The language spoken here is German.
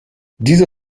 diese